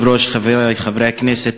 חברי חברי הכנסת,